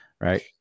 Right